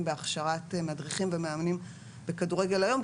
בהכשרת מדריכים ומאמנים לכדורגל היום,